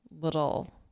little